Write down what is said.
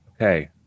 Okay